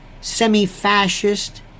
semi-fascist